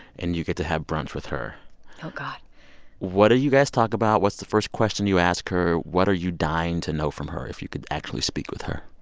and you get to have brunch with her oh, god what do you guys talk about? what's the first question you ask her? what are you dying to know from her, if you could actually speak with her?